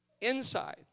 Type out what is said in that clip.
Inside